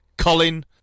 Colin